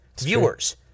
viewers